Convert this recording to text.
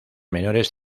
menores